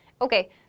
Okay